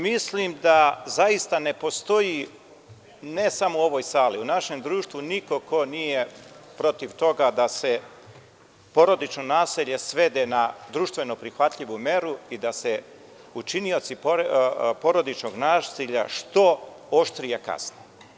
Mislim da zaista ne postoji, ne samo u ovoj sali, u našem društvu niko ko nije protiv toga da se porodično nasilje svede na društveno prihvatljivu meru i da se počinioci porodičnog nasilja što oštrije kazne.